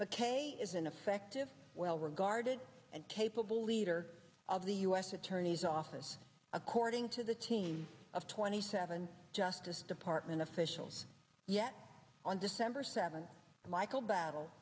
mckay is an effective well regarded and capable leader of the u s attorney's office according to the team of twenty seven justice department officials yet on december seventh michael battle